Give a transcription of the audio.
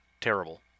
terrible